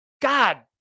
God